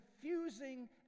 confusing